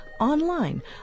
online